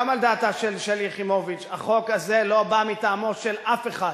גם על דעתה של שלי יחימוביץ: החוק הזה לא בא מטעמו של אף אחד,